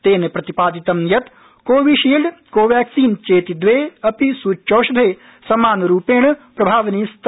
तेन प्रतिपादितं यत् कोविशील्ड कोवैक्सीन चेति द्वे अपि सुच्यौषधे समानरूपेण प्रभाविनी स्त